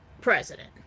president